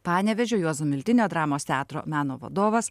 panevėžio juozo miltinio dramos teatro meno vadovas